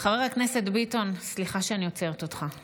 חבר הכנסת ביטון, סליחה שאני עוצרת אותך.